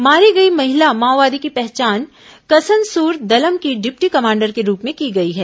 मारी गई महिला माओवादी की पहचान कसनसूर दलम की डिप्टी कमांडर के रूप में की गई है